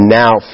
now